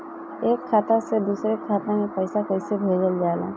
एक खाता से दुसरे खाता मे पैसा कैसे भेजल जाला?